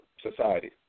society